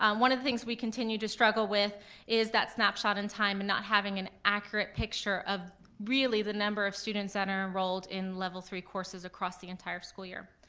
um one of the things we continue to struggle with is that snapshot in time and not having an accurate picture of really the number of students that are enrolled in level three courses across the entire school year.